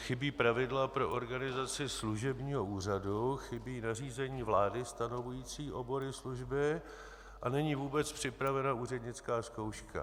Chybí pravidla pro organizaci služebního úřadu, chybí nařízení vlády stanovující obory služby a není vůbec připravena úřednická zkouška.